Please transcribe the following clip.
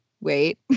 wait